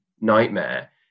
nightmare